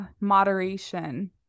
moderation